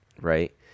right